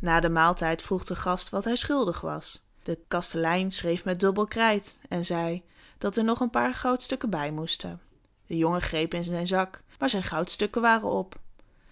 na den maaltijd vroeg de gast wat hij schuldig was de kastelein schreef met dubbel krijt en zei dat er nog een paar goudstukken bij moesten de jongen greep in zijn zak maar zijn goudstukken waren op